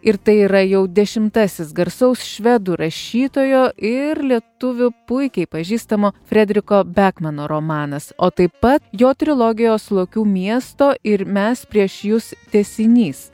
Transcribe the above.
ir tai yra jau dešimtasis garsaus švedų rašytojo ir lietuvių puikiai pažįstamo frederiko bekmeno romanas o taip pat jo trilogijos lokių miesto ir mes prieš jus tęsinys